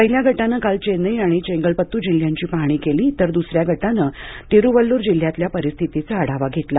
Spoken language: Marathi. पहिल्या गटाने काल चेन्नई आणि चेंगलपत्तू जिल्ह्यांची पाहणी केली तर दुसऱ्या गटाने तिरुवल्लुर जिल्ह्यातील परिस्थितीचा आढावा घेतला